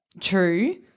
True